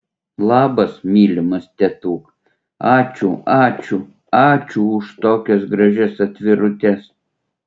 labas mylimas tetuk ačiū ačiū ačiū už tokias gražias atvirutes